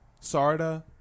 Sarda